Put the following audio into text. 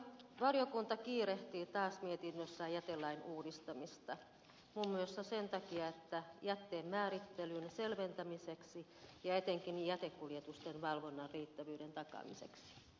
valiokunta kiirehtii taas mietinnössään jätelain uudistamista muun muassa jätteen määrittelyn selventämiseksi ja etenkin jätekuljetusten valvonnan riittävyyden takaamiseksi